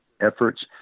efforts